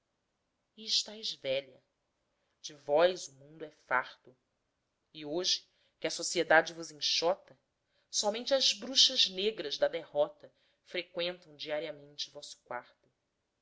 e estais velha de vós o mundo é farto e hoje que a sociedade vos enxota somente as bruxas negras da derrota freqüentam diariamente vosso quarto